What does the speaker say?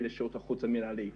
נכון,